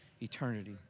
eternity